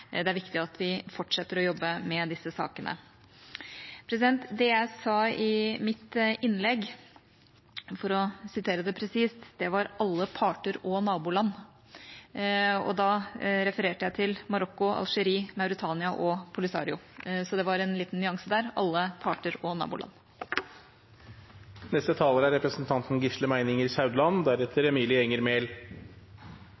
det er viktig at vi fortsetter å jobbe med disse sakene. Det jeg sa i mitt innlegg – for å sitere det presist – var «alle parter og naboland», og da refererte jeg til Marokko, Algerie, Mauritania og Polisario. Så det var en liten nyanse der – «alle parter og